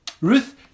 Ruth